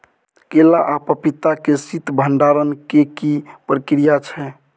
केला आ पपीता के शीत भंडारण के की प्रक्रिया छै?